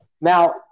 Now